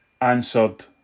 answered